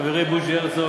חברי בוז'י הרצוג,